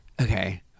okay